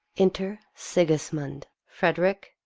enter sigismund, frederick,